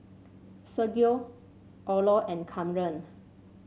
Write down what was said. Sergio Orlo and Kamren